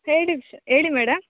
ಹೇಳಿ ಹೇಳಿ ಮೇಡಮ್